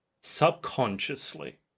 subconsciously